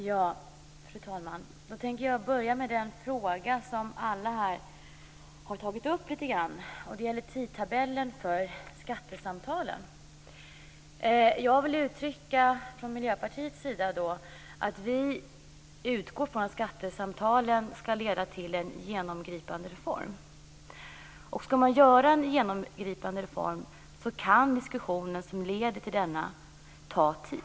Fru talman! Jag tänker börja med en fråga som alla här har tagit upp lite grann. Det gäller tidtabellen för skattesamtalen. Jag vill från Miljöpartiets sida uttrycka att vi utgår från att skattesamtalen skall leda till en genomgripande reform. Och skall man göra en genomgripande reform kan diskussionen som leder till denna ta tid.